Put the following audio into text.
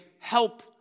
help